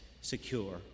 secure